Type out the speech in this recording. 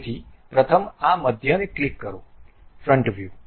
તેથી પ્રથમ આ મધ્યને ક્લિક કરો ફ્રન્ટ વ્યૂ